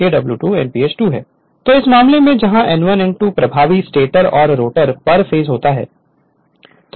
Refer Slide Time 2811 तो इस मामले में जहां N1 N2 प्रभावी स्टेटर और रोटर पर फेस होता है